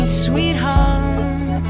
sweetheart